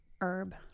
Herb